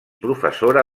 professora